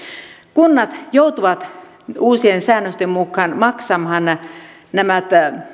kunnat joutuvat uusien säännösten mukaan maksamaan nämä nämä